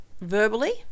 verbally